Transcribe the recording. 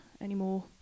anymore